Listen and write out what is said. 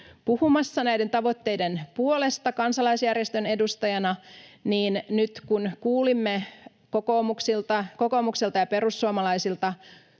puhumassa näiden tavoitteiden puolesta kansalaisjärjestön edustajana ja kun nyt kuulimme kokoomukselta ja perussuomalaisilta